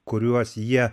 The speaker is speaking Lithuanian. kuriuos jie